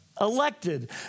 elected